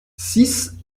six